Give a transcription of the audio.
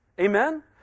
Amen